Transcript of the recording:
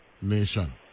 nation